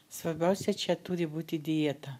svarbiausia čia turi būti dieta